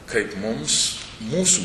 kaip mums mūsų